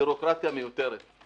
ובירוקרטיה מיותרת.